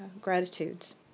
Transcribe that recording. gratitudes